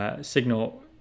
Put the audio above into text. signal